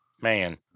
man